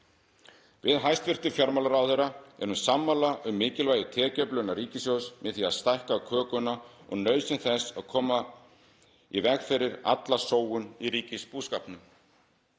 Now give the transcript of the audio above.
Við hæstv. fjármálaráðherra erum sammála um mikilvægi tekjuöflunar ríkissjóðs með því að stækka kökuna og nauðsyn þess að koma í veg fyrir alla sóun í ríkisbúskapnum.